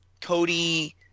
Cody